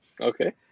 Okay